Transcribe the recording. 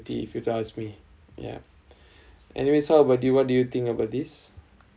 if you to ask me ya anyways so how about you what do you think about this